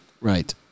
Right